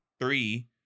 three